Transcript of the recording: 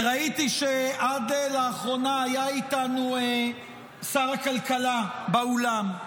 וראיתי שעד לאחרונה היה איתנו שר הכלכלה באולם.